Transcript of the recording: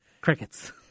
Crickets